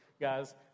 guys